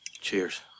Cheers